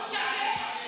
ניצחת את אחמד.